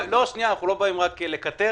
אנחנו לא באים רק לקטר.